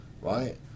right